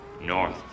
North